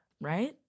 right